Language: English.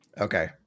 Okay